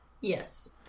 Yes